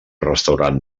restaurant